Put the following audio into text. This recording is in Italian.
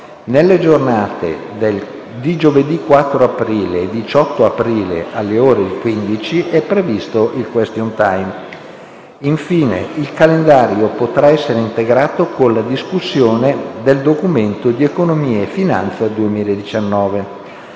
Nelle giornate di giovedì 4 aprile e 18 aprile, alle ore 15, è previsto il *question time*. Infine il calendario potrà essere integrato con la discussione del Documento di economia e finanza 2019.